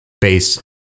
base